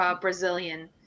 Brazilian